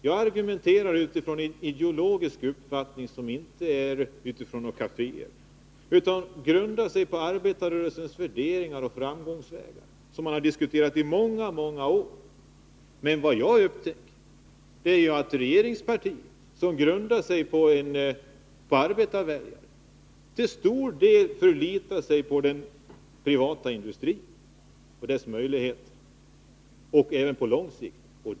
Jag argumenterar utifrån en ideologisk uppfattning som grundar sig på arbetarrörelsens värderingar och framgångsvägar, som har diskuterats i många år. Men vad jag upptäckt är att regeringspartiet som baserar sig på arbetarväljare, till stor del förlitar sig på den privata industrin och dess möjligheter — även på lång sikt.